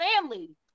family